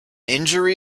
injury